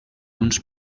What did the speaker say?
uns